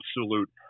absolute